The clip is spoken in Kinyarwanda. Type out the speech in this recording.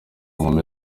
nkumi